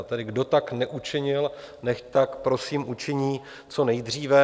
Tedy kdo tak neučinil, nechť tak prosím učiní co nejdříve.